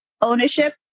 ownership